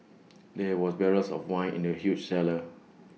there were barrels of wine in the huge cellar